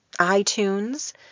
iTunes